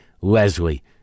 Leslie